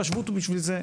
חוק השבות הוא בשביל זה,